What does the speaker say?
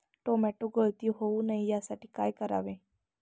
Tomato गळती होऊ नये यासाठी काय करावे?